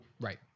Right